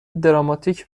دراماتیک